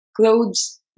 clothes